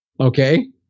Okay